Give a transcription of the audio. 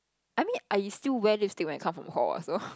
I mean I still wear lipstick when I come from hall what so